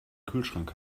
kühlschrank